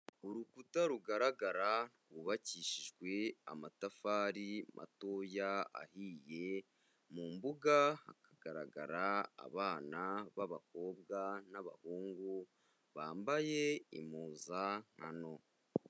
Urukuta rugaragara rwubakishijwe amatafari matoya ahiye, mu mbuga hakagaragara abana b'abakobwa n'abahungu bambaye impuzankano.